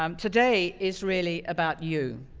um today is really about you.